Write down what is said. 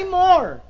more